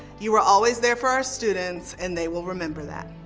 you were always there for our students, and they will remember that.